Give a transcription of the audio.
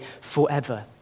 forever